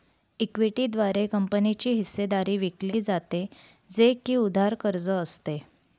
equity द्वारे कंपनीची हिस्सेदारी विकली जाते, जे की उधार कर्ज असते